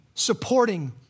supporting